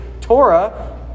Torah